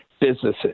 businesses